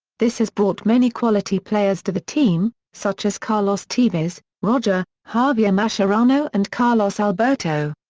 this has brought many quality players to the team, such as carlos tevez, roger, javier mascherano and carlos alberto.